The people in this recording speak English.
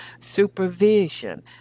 supervision